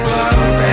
love